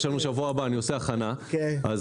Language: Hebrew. יש